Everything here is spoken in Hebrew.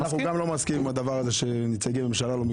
אופיר, זה כנראה לא דחוף להם להקדים, יש להם זמן,